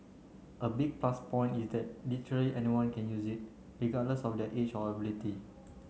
a big plus point is that literally anyone can use it regardless of their age or ability